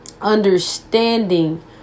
Understanding